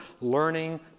learning